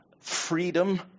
freedom